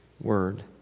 word